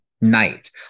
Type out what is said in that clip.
night